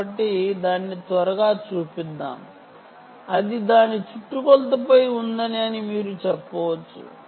కాబట్టి దాన్ని త్వరగా చూపిద్దాం అది దాని చుట్టుకొలత పై ఉందని మీరు చెప్పవచ్చు